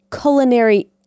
culinary